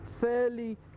Fairly